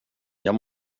jag